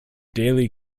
daily